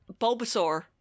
Bulbasaur